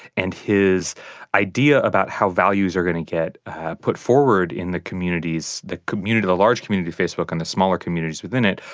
and his idea about how values are going to get put forward in the communities, the community the large community of facebook and the smaller communities within it,